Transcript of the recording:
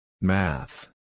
Math